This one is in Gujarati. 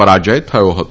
પરાજય થયો હતો